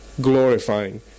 glorifying